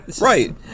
right